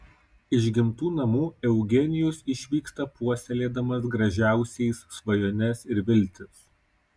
iš gimtų namų eugenijus išvyksta puoselėdamas gražiausiais svajones ir viltis